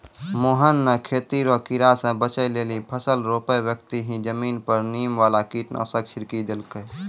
मोहन नॅ खेती रो कीड़ा स बचै लेली फसल रोपै बक्ती हीं जमीन पर नीम वाला कीटनाशक छिड़की देलकै